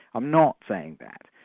i'm not saying that.